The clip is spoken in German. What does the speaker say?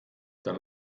dann